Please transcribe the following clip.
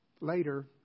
later